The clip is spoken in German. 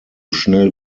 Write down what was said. schnell